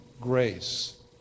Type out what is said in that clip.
grace